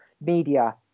media